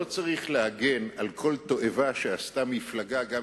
לא צריך להגן על כל תועבה שמפלגה עשתה,